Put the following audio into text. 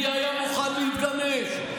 מי היה מוכן להתגמש,